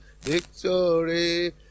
Victory